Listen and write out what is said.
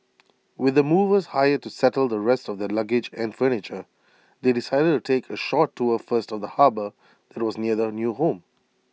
with the movers hired to settle the rest of the luggage and furniture they decided to take A short tour first of the harbour that was near the new home